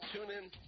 TuneIn